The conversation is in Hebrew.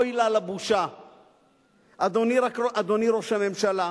אוי לה לבושה, אדוני ראש הממשלה,